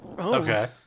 Okay